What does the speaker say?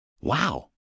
wow